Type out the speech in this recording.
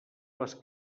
les